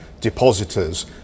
depositors